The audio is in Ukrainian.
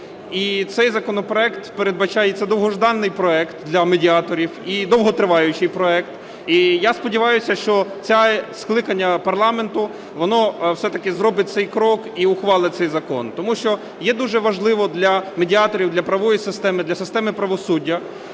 цей законопроект передбачає… І це довгожданий проект для медіаторів, і довготриваючий проект. І я сподіваюся, що це скликання парламенту, воно все-таки зробить цей крок - і ухвалить цей закон. Тому що є дуже важливо для медіаторів, для правової системи, для системи правосуддя,